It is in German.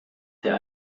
der